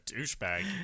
douchebag